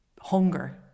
hunger